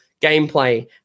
gameplay